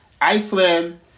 Iceland